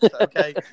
okay